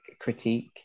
critique